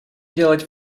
делать